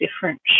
different